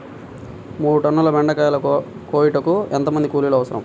మూడు టన్నుల బెండకాయలు కోయుటకు ఎంత మంది కూలీలు అవసరం?